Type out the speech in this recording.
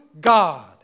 God